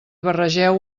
barregeu